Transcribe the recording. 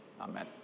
Amen